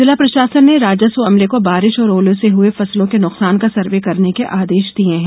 जिला प्रशासन ने राजस्व अमले को बारिश और ओले से हुए फसलों के नुकसान का सर्वे करने के आदेश दिये है